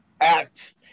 act